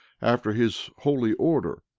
after his holy order,